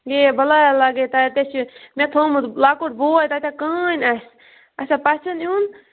یے بَلایہِ ہے لَگے تَتے چھُ مےٚ تھومُت لۄکُٹ بوے تتے کٕہٕنۍ اَسہِ اَسے پَژھیٚن یُن